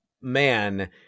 man